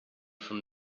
from